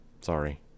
Sorry